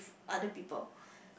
other people